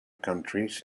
countries